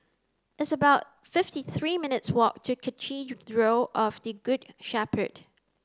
it's about fifty three minutes' walk to Cathedral of the Good Shepherd